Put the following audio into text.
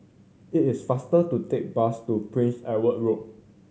it is faster to take the bus to Prince Edward Road